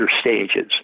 stages